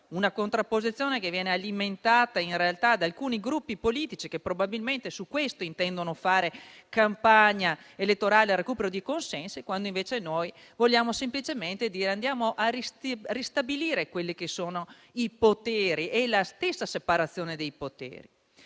contrapposizione alimentata, in realtà, da alcuni Gruppi politici che probabilmente su questo intendono fare campagna elettorale e recupero di consensi, quando invece noi vogliamo semplicemente ristabilire i poteri e la stessa separazione dei poteri.